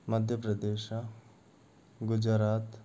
Madhya Pradesh Gujarat